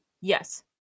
Yes